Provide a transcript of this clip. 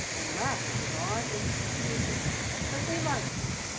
and laugh at his odd, innocent speeches but they liked him,